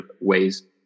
ways